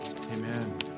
Amen